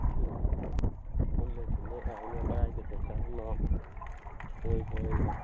ꯎꯝ ꯄꯨꯜꯂꯤꯁꯤꯅꯦ ꯌꯥꯏꯅꯦ ꯀꯗꯥꯏꯗ ꯆꯠꯁꯦ ꯍꯥꯏꯅꯣ ꯀꯣꯏꯕ ꯑꯣꯏꯅ